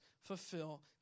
fulfill